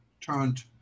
turned